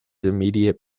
immediate